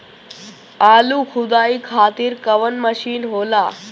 आलू खुदाई खातिर कवन मशीन होला?